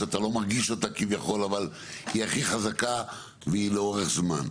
שאתה לא מרגיש אותה כביכול אבל היא הכי חזקה והיא לאורך זמן.